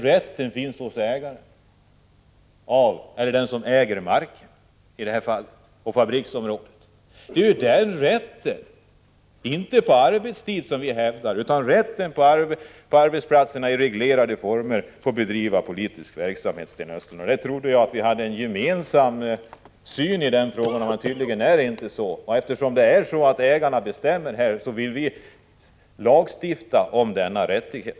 Rätten finns hos den som äger marken, i det här fallet fabriksområdet. Det vi hävdar är rätten att få bedriva politisk verksamhet på arbetsplatserna — inte på arbetstid. Jag trodde att vi hade en gemensam syn i den frågan, Sten Östlund, men tydligen är det inte så. Eftersom det nu är ägarna som bestämmer, vill vi lagstifta om denna rättighet.